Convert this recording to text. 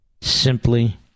simply